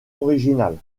originales